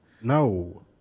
No